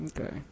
Okay